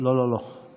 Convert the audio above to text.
לא, לא, לא.